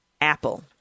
apple